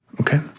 Okay